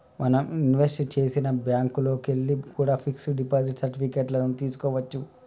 మనం ఇన్వెస్ట్ చేసిన బ్యేంకుల్లోకెల్లి కూడా పిక్స్ డిపాజిట్ సర్టిఫికెట్ లను తీస్కోవచ్చు